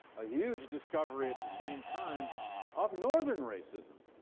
a huge discovery at the same time of northern racism,